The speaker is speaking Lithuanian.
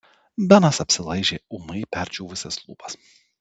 benas apsilaižė ūmai perdžiūvusias lūpas